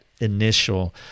initial